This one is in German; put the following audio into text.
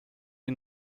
wie